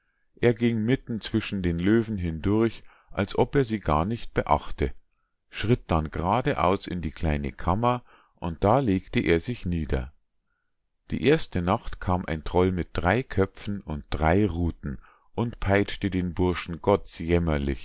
er ging mitten zwischen den löwen hindurch als ob er sie gar nicht beachte schritt dann grade aus in die kleine kammer und da legte er sich nieder die erste nacht kam ein troll mit drei köpfen und drei ruthen und peitschte den burschen gottsjämmerlich